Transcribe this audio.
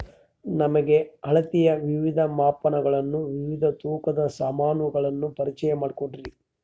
ನಮಗೆ ಅಳತೆಯ ವಿವಿಧ ಮಾಪನಗಳನ್ನು ವಿವಿಧ ತೂಕದ ಸಾಮಾನುಗಳನ್ನು ಪರಿಚಯ ಮಾಡಿಕೊಡ್ರಿ?